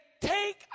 take